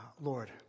Lord